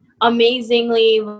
amazingly